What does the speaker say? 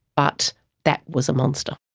but that was a monster.